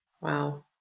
Wow